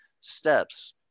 steps